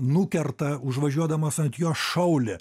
nukerta užvažiuodamas ant jo šaulį